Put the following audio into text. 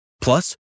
Plus